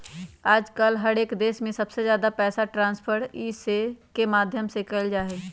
आजकल हर एक देश में सबसे ज्यादा पैसा ट्रान्स्फर ई.सी.एस के माध्यम से कइल जाहई